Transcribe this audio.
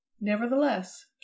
Nevertheless